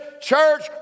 Church